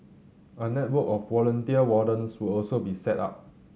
a network of volunteer wardens will also be set up